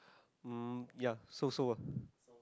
um ya so so ah